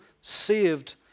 saved